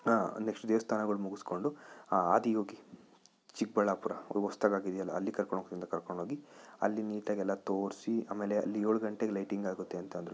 next ದೇವಸ್ಥಾನಗಳು ಮುಗಿಸ್ಕೊಂಡು ಆದಿ ಯೋಗಿ ಚಿಕ್ಬಳ್ಳಾಪುರ ಅದು ಹೊಸ್ದಾಗಿ ಆಗಿದೆಯಲ್ಲ ಅಲ್ಲಿಗೆ ಕರ್ಕೊಂಡು ಹೋಗ್ತೀನಂತ ಕರ್ಕೊಂಡು ಹೋಗಿ ಅಲ್ಲಿ ನೀಟಾಗೆಲ್ಲ ತೋರಿಸಿ ಆಮೇಲೆ ಅಲ್ಲಿ ಏಳು ಗಂಟೆಗೆ ಲೈಟಿಂಗ್ ಆಗುತ್ತೆ ಅಂತಂದರು